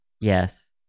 Yes